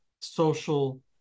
social